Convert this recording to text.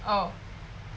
oh